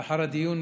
לאחר הדיון,